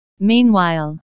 meanwhile